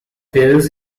this